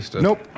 Nope